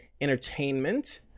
entertainment